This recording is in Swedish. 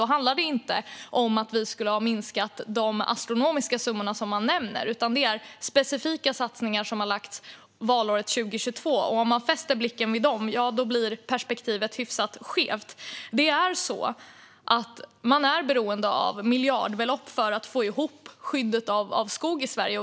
Då handlar det inte om att vi skulle ha minskat de astronomiska summor som nämns, utan det rör sig om specifika satsningar som har gjorts valåret 2022. Om man fäster blicken vid dem blir perspektivet hyfsat skevt. Man är beroende av miljardbelopp för att få ihop skyddet av skog i Sverige.